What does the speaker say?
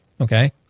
Okay